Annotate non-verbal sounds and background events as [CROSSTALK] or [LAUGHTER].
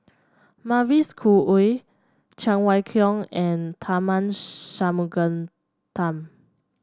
Mavis Khoo Oei Cheng Wai Keung and Tharman [UNINTELLIGIBLE]